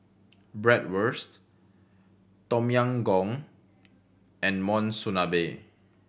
Bratwurst Tom Yam Goong and Monsunabe